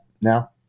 now